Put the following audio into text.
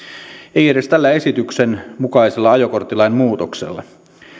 ei edes tällä esityksen mukaisella ajokorttilain muutoksella